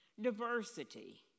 diversity